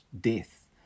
death